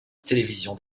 télévision